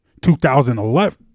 2011